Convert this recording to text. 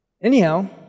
Anyhow